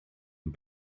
ond